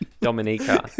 dominica